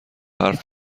حرف